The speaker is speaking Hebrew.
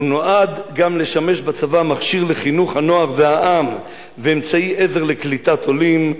ונועדה גם לשמש בצבא מכשיר לחינוך הנוער והעם ואמצעי עזר לקליטת עולים,